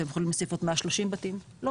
אתם יכולים להוסיף עוד 130 בתים,